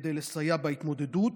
כדי לסייע בהתמודדות,